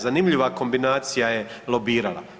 Zanimljiva kombinacija je lobirala.